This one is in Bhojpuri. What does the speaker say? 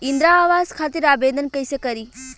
इंद्रा आवास खातिर आवेदन कइसे करि?